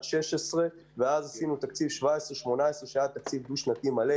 2016 ואז עשינו את תקציב 2017/2018 שהיה תקציב דו-שנתי מלא,